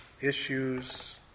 issues